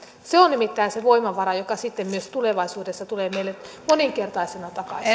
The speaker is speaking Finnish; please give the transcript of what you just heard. se on nimittäin se voimavara joka sitten myös tulevaisuudessa tulee meille moninkertaisena takaisin